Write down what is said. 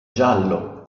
giallo